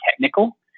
technical